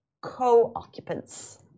co-occupants